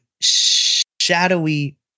shadowy